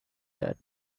that